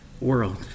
world